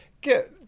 get